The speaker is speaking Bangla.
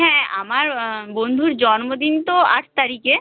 হ্যাঁ আমার বন্ধুর জন্মদিন তো আট তারিখে